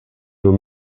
nos